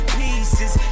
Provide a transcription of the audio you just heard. pieces